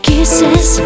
Kisses